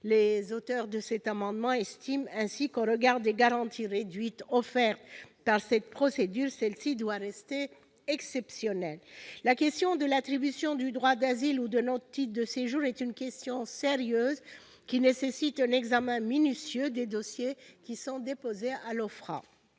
un titre de séjour. Nous estimons que, au regard des garanties réduites offertes par cette procédure, celle-ci doit rester exceptionnelle. La question de l'attribution du droit d'asile ou d'un autre titre de séjour est une question sérieuse qui nécessite un examen minutieux des dossiers déposés à l'OFPRA.